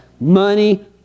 money